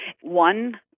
one